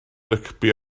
rygbi